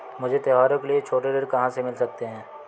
मुझे त्योहारों के लिए छोटे ऋण कहाँ से मिल सकते हैं?